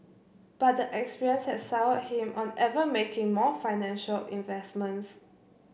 but the experience has soured him on ever making more financial investments